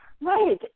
right